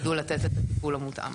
יידעו לתת את הטיפול המותאם.